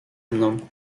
mną